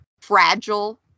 fragile